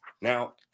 Now